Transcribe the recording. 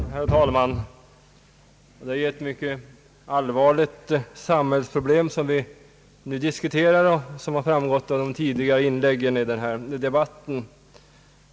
Herr talman! Det är ett mycket allvarligt samhällsproblem som vi nu diskuterar, vilket också framgått av de tidigare inläggen i debatten.